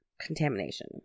contamination